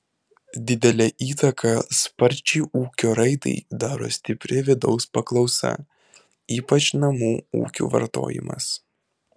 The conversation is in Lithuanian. didelę įtaką sparčiai ūkio raidai daro stipri vidaus paklausa ypač namų ūkių vartojimas